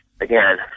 again